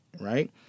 right